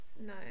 No